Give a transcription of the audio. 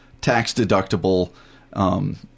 tax-deductible